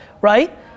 right